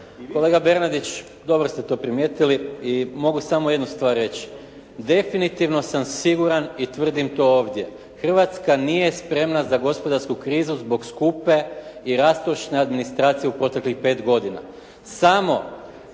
kolega Bernardić, dobro ste to primijetili, i mogu samo jednu stvar reći, definitivno sam siguran i tvrdim to ovdje, Hrvatska nije spremna za gospodarsku krizu zbog skupe i rastošne administracije u proteklih 5 godina.